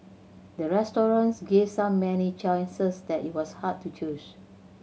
the restaurant gave so many choices that it was hard to choose